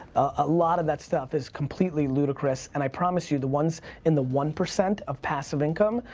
a lot of that stuff is completely ludicrous. and i promise you the ones in the one percent of passive income,